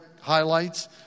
highlights